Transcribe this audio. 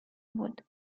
بود